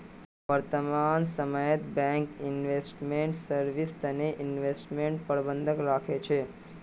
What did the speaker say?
वर्तमान समयत bank investment service तने इन्वेस्टमेंट प्रबंधक राखे छे